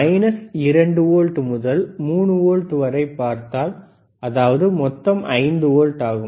minus 2 volt முதல் 3 volt வரை பார்த்தால் அதாவது மொத்தம் 5 வோல்ட் ஆகும்